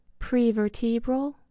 prevertebral